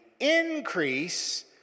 increase